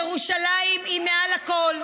ירושלים היא לא פוליטיקה, ירושלים היא מעל הכול.